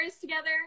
together